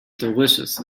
delicious